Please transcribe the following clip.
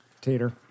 Tater